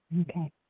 okay